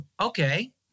okay